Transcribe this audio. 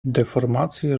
deformacje